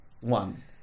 one